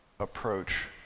Approach